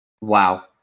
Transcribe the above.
wow